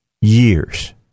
years